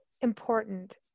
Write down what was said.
important